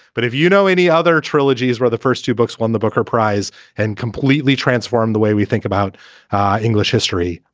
but if you know any other trilogies where the first two books won the booker prize and completely transformed the way we think about english history.